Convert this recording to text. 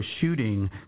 shooting